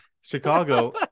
Chicago